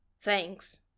Thanks